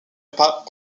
pas